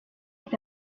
est